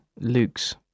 Luke's